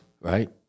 Right